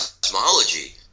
cosmology